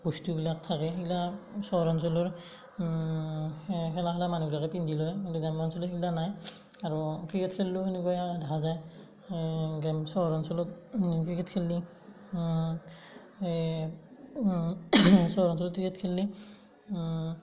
বস্তুবিলাক থাকে সেইগিলা চহৰ অঞ্চলৰ খেলা খেলা মানুহগিলাকে পিন্ধি লয় গ্ৰাম্য অঞ্চলত সেইগিলা নাই আৰু ক্ৰিকেট খেললিও সেনেকুৱাই দেখা যায় গেম চহৰ অঞ্চলত ক্ৰিকেট খেললি এই চহৰ অঞ্চলত ক্ৰিকেট খেললি